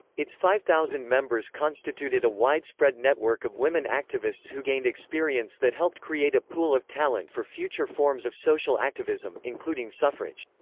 its five thousand members constituted a widespread network of women activists who gained experience that helped create a pool of talent for future forms of social activism, including suffrage.